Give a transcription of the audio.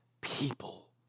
people